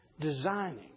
designing